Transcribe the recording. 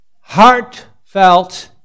Heartfelt